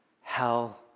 hell